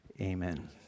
Amen